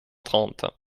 trente